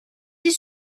dit